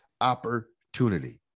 opportunity